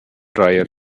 dryer